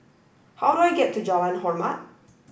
how do I get to Jalan Hormat